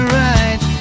right